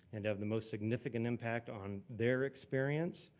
and have the most significant impact on their experience.